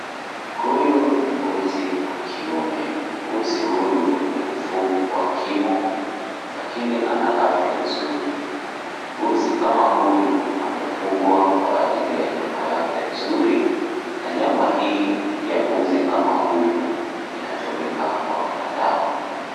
Huyu ni mbuzi wa kiume. Mbuzi huyu ni mfupi kwa kimo lakini ana afya nzuri. Mbuzi kama huyu amefugwa kwa ajili ya nyama yake nzuri na nyama hii ya mbuzi kama huyu inatumika kwa binadamu.